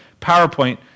PowerPoint